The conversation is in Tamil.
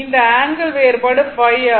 இந்த ஆங்கிள் வேறுபாடு ϕ ஆகும்